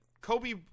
Kobe